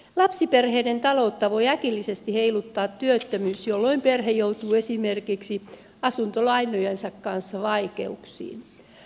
lapsiperheiden taloutta voi äkillisesti heiluttaa työttömyys jolloin perhe joutuu esimerkiksi asuntolainojensa kanssa vaikeuksiin